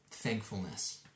Thankfulness